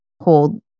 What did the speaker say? hold